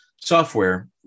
software